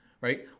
right